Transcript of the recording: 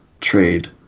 Trade